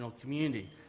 community